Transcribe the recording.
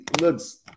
looks